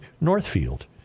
Northfield